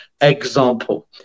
example